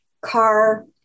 car